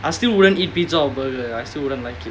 I still wouldn't eat pizza or burger ya I still wouldn't like it